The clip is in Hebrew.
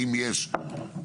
האם יש,